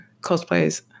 cosplays